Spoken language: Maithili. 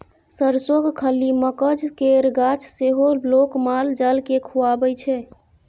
सरिसोक खल्ली, मकझ केर गाछ सेहो लोक माल जाल केँ खुआबै छै